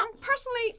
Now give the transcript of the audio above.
Personally